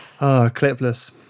clipless